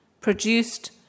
produced